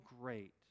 great